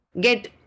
get